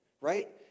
right